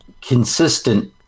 consistent